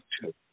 two